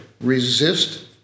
Resist